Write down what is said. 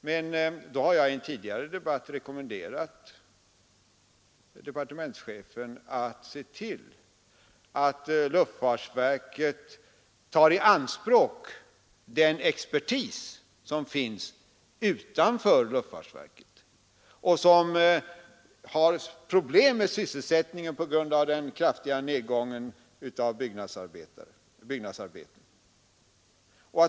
Men där har jag i en tidigare debatt rekommenderat departementschefen att se till att luftfartsverket tar i anspråk den expertis som finns utanför luftfartsverket och som har problem med sysselsättningen på grund av den kraftiga nedgången av byggnadsarbete.